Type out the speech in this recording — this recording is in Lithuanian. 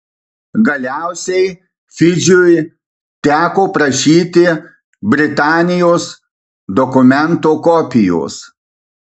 galiausiai fidžiui teko prašyti britanijos dokumento kopijos